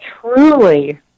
truly